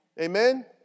Amen